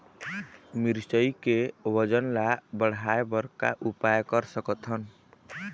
मिरचई के वजन ला बढ़ाएं बर का उपाय कर सकथन?